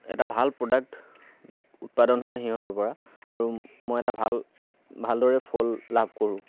এটা ভাল প্ৰ'ডাক্ট উৎপাদন হয় সিঁহতৰ পৰা আৰু মই এটা ভাল ভালদৰে ফল লাভ কৰোঁ